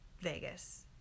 Vegas